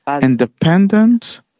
independent